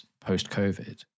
post-COVID